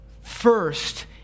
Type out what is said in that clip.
first